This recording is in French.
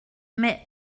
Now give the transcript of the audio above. mais